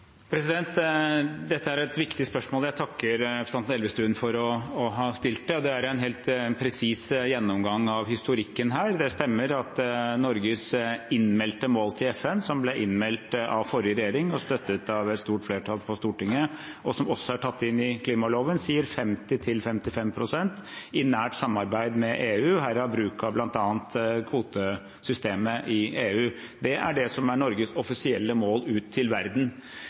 Dette er et viktig spørsmål, og jeg takker representanten Elvestuen for å ha stilt det. Det er en helt presis gjennomgang av historikken her. Det stemmer at Norges innmeldte mål til FN, som ble innmeldt av forrige regjering og støttet av et stort flertall på Stortinget, og som også er tatt inn i klimaloven, sier 50–55 pst. i nært samarbeid med EU, herav bruk av bl.a. kvotesystemet i EU. Det er det som er Norges offisielle mål ut til verden.